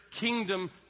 kingdom